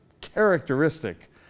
characteristic